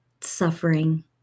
suffering